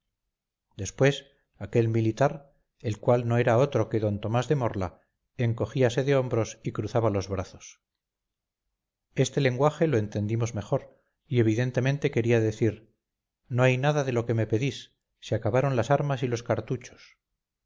después aquel militar el cual no era otro que d tomás de morla encogíase de hombros y cruzaba los brazos este lenguaje le entendimos mejor y evidentemente quería decir no hay nada de lo que me pedís se acabaron las armas y los cartuchos